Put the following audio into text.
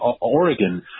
Oregon